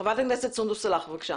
חברת הכנסת סונדוס סאלח, בבקשה.